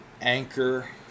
Anchor